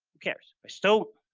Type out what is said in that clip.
who cares? but still,